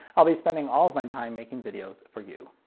i'll be spending all of my time making videos for you.